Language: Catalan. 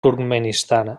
turkmenistan